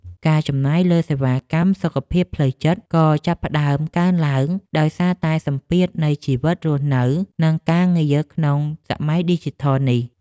ការចំណាយលើសេវាកម្មសុខភាពផ្លូវចិត្តក៏ចាប់ផ្ដើមកើនឡើងដោយសារតែសម្ពាធនៃជីវិតរស់នៅនិងការងារក្នុងសម័យឌីជីថលនេះ។